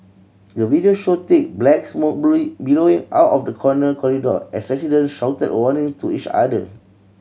the video showed thick black smoke billowing out of the corner corridor as resident shouted warning to each other